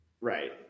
Right